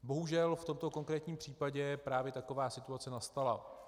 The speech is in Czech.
Bohužel v tomto konkrétním případě právě taková situace nastala.